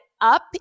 up